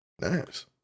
Nice